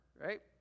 right